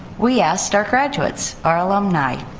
we asked our graduates, our alumni.